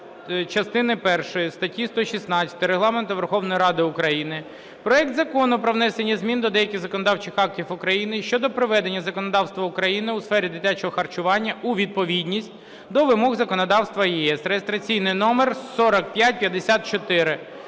частини першої статті 116 Регламенту Верховної Ради України проект Закону про внесення змін до деяких законодавчих актів України щодо приведення законодавства України у сфері дитячого харчування у відповідність до вимог законодавства ЄС (реєстраційний номер 4554).